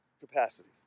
capacity